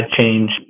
change